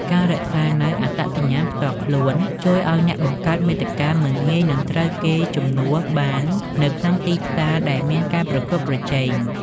ការរក្សានូវអត្តសញ្ញាណផ្ទាល់ខ្លួន ជួយឱ្យអ្នកបង្កើតមាតិកាមិនងាយនឹងត្រូវគេជំនួសបាននៅក្នុងទីផ្សារដែលមានការប្រកួតប្រជែង។